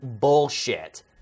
bullshit